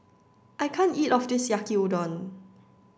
I can't eat all of this Yaki Udon